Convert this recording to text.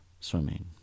swimming